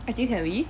actually can we